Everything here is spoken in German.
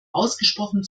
ausgesprochen